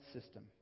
System